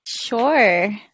Sure